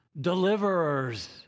deliverers